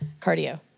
cardio